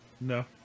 No